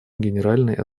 генеральной